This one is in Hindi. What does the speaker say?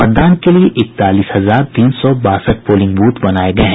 मतदान के लिये इकतालीस हजार तीन सौ बासठ पोलिंग बूथ बनाये गये हैं